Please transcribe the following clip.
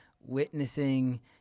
witnessing